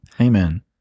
Amen